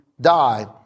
die